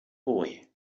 boy